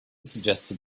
suggested